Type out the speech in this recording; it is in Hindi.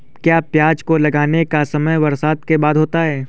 क्या प्याज को लगाने का समय बरसात के बाद होता है?